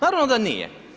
Naravno da nije.